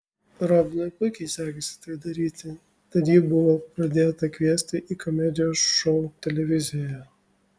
robinui puikiai sekėsi tai daryti tad jį buvo pradėta kviesti į komedijos šou televizijoje